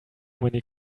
many